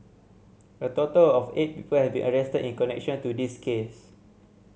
a total of eight people have been arrested in connection to this case